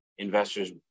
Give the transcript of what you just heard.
Investors